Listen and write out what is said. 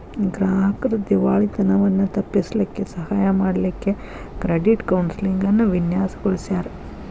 ಗ್ರಾಹಕ್ರ್ ದಿವಾಳಿತನವನ್ನ ತಪ್ಪಿಸ್ಲಿಕ್ಕೆ ಸಹಾಯ ಮಾಡ್ಲಿಕ್ಕೆ ಕ್ರೆಡಿಟ್ ಕೌನ್ಸೆಲಿಂಗ್ ಅನ್ನ ವಿನ್ಯಾಸಗೊಳಿಸ್ಯಾರ್